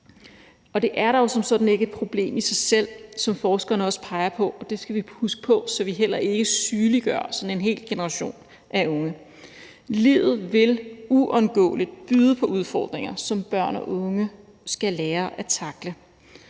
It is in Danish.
selv ikke et problem i, hvilket forskerne også peger på, og det skal vi huske på, så vi heller ikke sygeliggør sådan en hel generation af unge; livet vil uundgåeligt byde på udfordringer, som børn og unge skal lære at tackle.